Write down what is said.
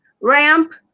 Ramp